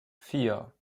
vier